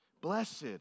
Blessed